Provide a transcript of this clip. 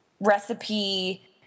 recipe